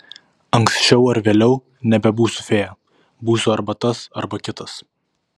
anksčiau ar vėliau nebebūsiu fėja būsiu arba tas arba kitas